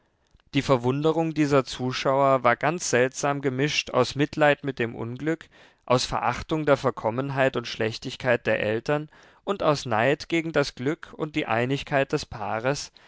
die verwunderung dieser zuschauer war ganz seltsam gemischt aus mitleid mit dem unglück aus verachtung der verkommenheit und schlechtigkeit der eltern und aus neid gegen das glück und die einigkeit des paares